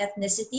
ethnicity